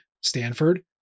Stanford